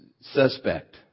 suspect